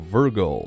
Virgo